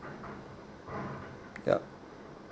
yup